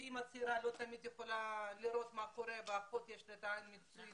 שאימא צעירה לא תמיד יכולה לדעת מה קורה ולאחות יש את העין המקצועית.